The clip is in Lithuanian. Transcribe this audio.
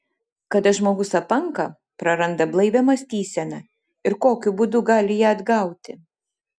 kada žmogus apanka praranda blaivią mąstyseną ir kokiu būdu gali ją atgauti